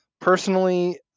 Personally